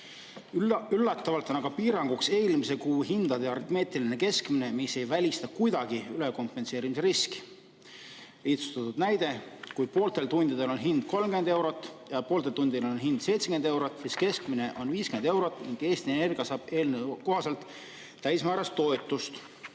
Üllatavalt on aga piiranguks eelmise kuu hindade aritmeetiline keskmine, mis ei välista kuidagi ülekompenseerimise riski. Lihtsustatud näide. Kui pooltel tundidel on hind 30 eurot ja pooltel tundidel on hind 70 eurot, siis keskmine on 50 eurot ning Eesti Energia saab eelnõu kohaselt täismääras toetust.